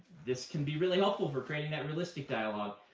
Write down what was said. this can be really helpful for creating that realistic dialogue.